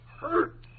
Hurt